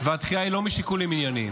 והדחייה היא לא משיקולים ענייניים.